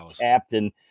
captain